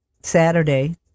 Saturday